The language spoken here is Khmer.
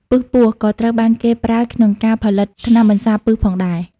ពិសពស់ក៏ត្រូវបានគេប្រើក្នុងការផលិតថ្នាំបន្សាបពិសផងដែរ។